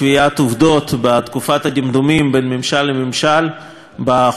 בתקופת הדמדומים בין ממשל לממשל בחודשיים האלה.